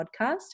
podcast